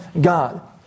God